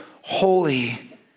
holy